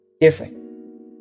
Different